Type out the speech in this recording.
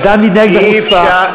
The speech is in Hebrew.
אי-אפשר,